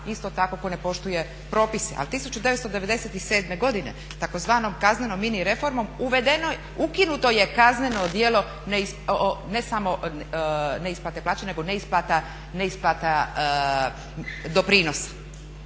isto tako tko ne poštuje propise. Ali 1997. godine tzv. kaznenom mini reformom ukinuto je kazneno djelo ne samo neisplate plaća, nego neisplata doprinosa.